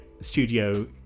studio